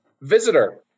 visitor